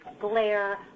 glare